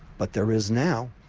but there is now,